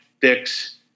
fix